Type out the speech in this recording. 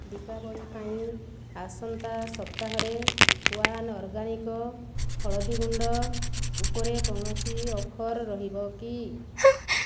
ଦୀପାବଳି ପାଇଁ ଆସନ୍ତା ସପ୍ତାହରେ ୱାନ୍ ଅର୍ଗାନିକ୍ ହଳଦୀ ଗୁଣ୍ଡ ଉପରେ କୌଣସି ଅଫର୍ ରହିବ କି